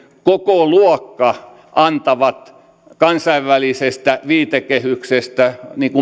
kokoluokka antavat kansainvälisestä viitekehyksestä